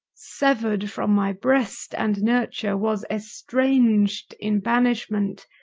severed from my breast and nurture, was estranged in banishment,